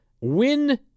win